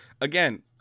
again